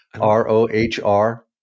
R-O-H-R